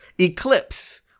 Eclipse